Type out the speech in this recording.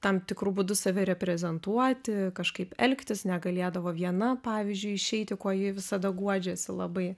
tam tikru būdu save reprezentuoti kažkaip elgtis negalėdavo viena pavyzdžiui išeiti kuo ji visada guodžiasi labai